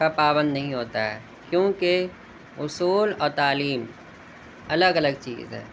کا پابند نہیں ہوتا ہے کیوں کہ اصول اور تعلیم الگ الگ چیز ہے